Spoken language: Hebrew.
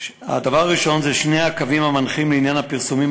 הדבר הראשון זה שני הקווים המנחים לעניין הפרסומים